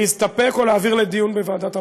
אתם רוצים להסתפק או להעביר לדיון בוועדת המדע?